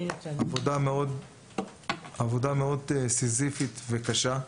זאת עבודה מאוד סיזיפית וקשה.